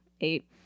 eight